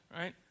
right